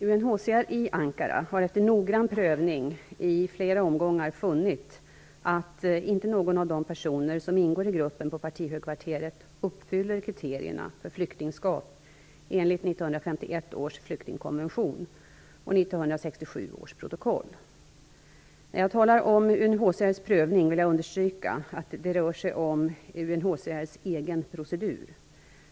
UNHCR i Ankara har efter noggrann prövning i flera omgångar funnit att inte någon av de personer som ingår i gruppen på partihögkvarteret uppfyller kriterierna för flyktingskap enligt 1951 års flyktingkonvention och 1967 års protokoll. När jag talar om UNHCR:s prövning vill jag understryka att det rör sig om UNHCR:s egen procedur.